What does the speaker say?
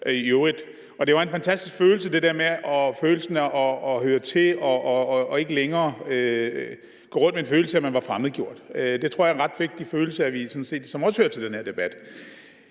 ordføreren, og det var en fantastisk følelse, altså følelsen af at høre til og ikke længere gå rundt med en følelse af, at man var fremmedgjort. Det tror jeg er en ret vigtig følelse, som også hører til den her debat.